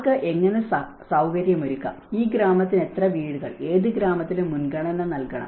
ആർക്ക് എങ്ങനെ സൌകര്യമൊരുക്കാം ഈ ഗ്രാമത്തിന് എത്ര വീടുകൾ ഏത് ഗ്രാമത്തിന് മുൻഗണന നൽകണം